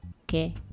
Okay